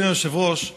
אדוני היושב-ראש,